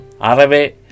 Arabe